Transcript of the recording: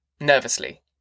nervously